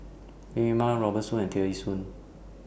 Linn in Ma Robert Soon and Tear Ee Soon